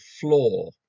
floor